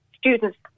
students